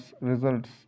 results